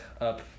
up